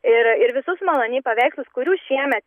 ir ir visus malony paveikslus kurių šiemet